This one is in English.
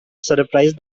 surprise